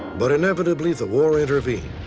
but, inevitably, the war intervened.